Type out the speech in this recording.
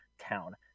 town